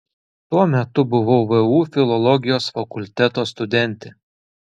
tuo metu buvau vu filologijos fakulteto studentė